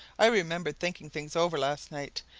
i remembered, thinking things over last night,